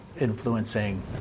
influencing